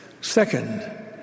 Second